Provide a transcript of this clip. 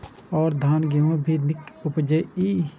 और धान गेहूँ भी निक उपजे ईय?